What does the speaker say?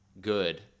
good